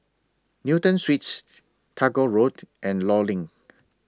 Newton Suites Tagore Road and law LINK